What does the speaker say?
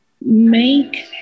make